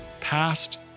past